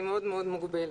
היא מאוד מאוד מוגבלת.